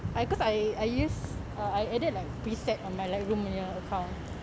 I because I I used I edit like preset on my lightroom punya account